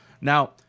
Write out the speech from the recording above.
Now